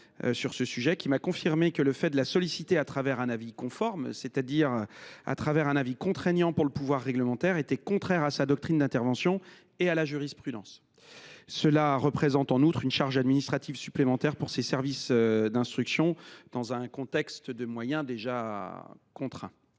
de la Cnil, qui m’a confirmé que le fait de la solliciter un avis conforme, c’est à dire un avis contraignant pour le pouvoir réglementaire, était contraire à sa doctrine d’intervention comme à la jurisprudence. Une telle mesure représenterait en outre une charge administrative supplémentaire pour ses services d’instruction, dans un contexte de moyens déjà contraints.